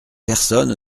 personne